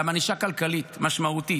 גם ענישה כלכלית משמעותית.